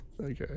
Okay